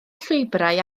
llwybrau